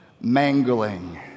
mangling